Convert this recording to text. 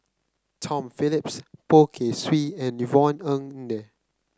Tom Phillips Poh Kay Swee and Yvonne Ng Uhde